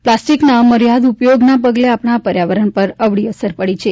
પ્લાસ્ટિકના અમર્યાદ ઉપયોગના પગલે આપણાં પર્યાવરણ પર અવળી અસર પડી છે